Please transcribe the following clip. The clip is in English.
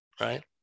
right